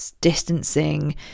distancing